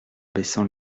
baissant